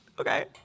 okay